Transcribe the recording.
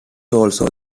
also